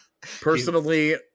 Personally